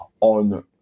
on